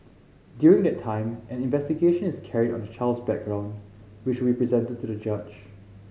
during that time an investigation is carried on the child's background which will be presented to the judge